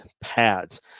pads